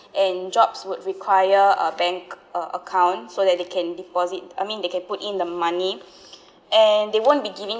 and jobs would require a bank a~ account so that they can deposit I mean they can put in the money and they won't be giving